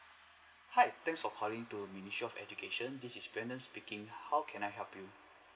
hi thanks for calling to ministry of education this is brandon speaking how can I help you